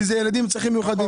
כי אלה ילדים עם צרכים מיוחדים.